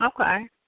Okay